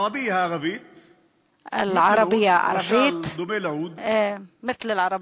אל-ערבייה, הערבית, משל, דומה לעוד, נקר,